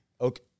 Okay